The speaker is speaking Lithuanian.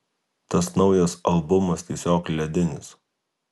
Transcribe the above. tas naujas albumas tiesiog ledinis